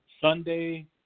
Sunday